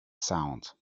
sound